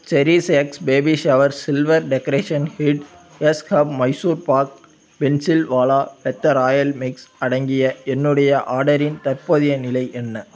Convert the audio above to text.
cherish X baby shower silver decoration kit எஸ்கப் மைசூர் பாக் பென்சில்வாலா பெத்த ராயல் மிக்ஸ் அடங்கிய என்னுடைய ஆர்டரின் தற்போதைய நிலை என்ன